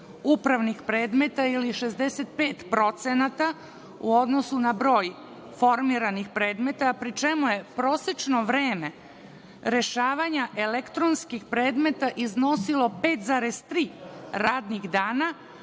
upravnih predmeta ili 65% u odnosu na broj formiranih predmeta, pri čemu je prosečno vreme rešavanja elektronskih predmeta iznosilo 5,3 radnih dana,